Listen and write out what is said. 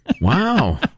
Wow